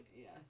yes